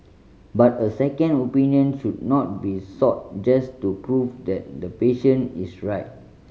but a second opinion should not be sought just to prove that the patient is right